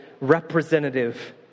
representative